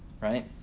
right